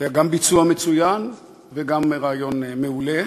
זה היה גם ביצוע מצוין וגם רעיון מעולה.